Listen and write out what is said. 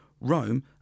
Rome